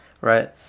right